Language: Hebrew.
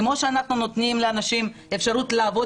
כמו שאנחנו נותנים לאנשים אפשרות לעבוד